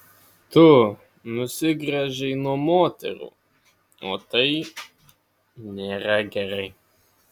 tu nusigręžei nuo moterų o tai nėra gerai